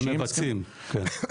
המבצעים, כן.